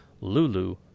Lulu